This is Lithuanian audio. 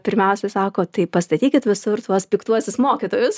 pirmiausiai sako tai pastatykit visur tuos piktuosius mokytojus